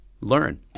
learn